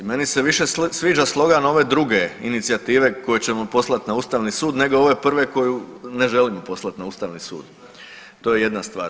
Meni se više sviđa slogan ove druge inicijative koju ćemo poslati na Ustavni sud nego ove prve koju ne želimo poslati na Ustavni sud, to je jedna stvar.